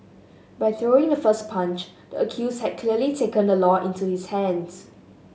by throwing the first punch the accused had clearly taken the law into his hands